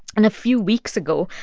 and a few weeks ago,